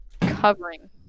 covering